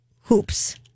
hoops